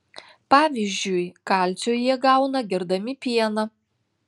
pavyzdžiui kalcio jie gauna gerdami pieną